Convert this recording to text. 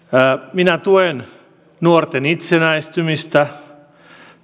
minä tuen nuorten itsenäistymistä